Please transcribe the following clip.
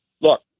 Look